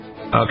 Okay